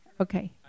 Okay